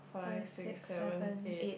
five six seven eight